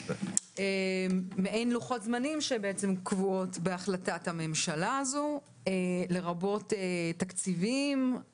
מעין לוחות זמנים שבעצם קבועות בהחלטת הממשלה הזו לרבות תקציבים,